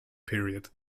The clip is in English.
period